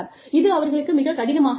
இது அவர்களுக்கு மிகக் கடினமாக இருக்கும்